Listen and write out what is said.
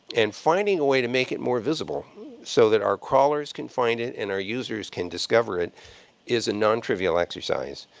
and finding a way to make it more visible so that our crawlers can find it and our users can discover it is a nontrivial exercise.